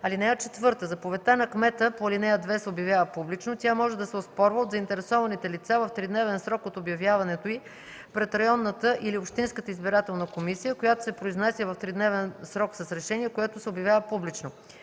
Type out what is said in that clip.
изборния ден. (4) Заповедта на кмета по ал. 2 се обявява публично. Тя може да се оспорва от заинтересованите лица в тридневен срок от обявяването й пред районната или общинската избирателна комисия, която се произнася в тридневен срок с решение, което се обявява публично.